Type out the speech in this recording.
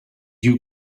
you